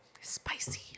Spicy